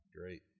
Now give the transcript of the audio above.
Great